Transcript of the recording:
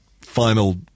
final